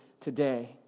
today